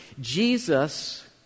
Jesus